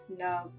love